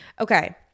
Okay